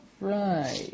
right